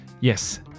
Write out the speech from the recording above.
Yes